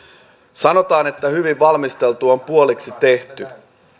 sanotaan että hyvin valmisteltu on puoliksi tehty